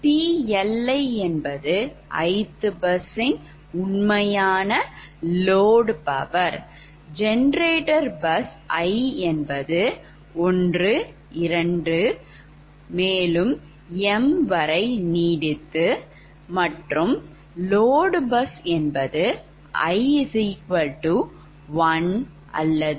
PLi என்பது ith bus ன் உண்மையான load power generator bus i 12